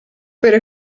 pero